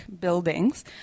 buildings